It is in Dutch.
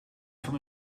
van